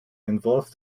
involved